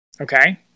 Okay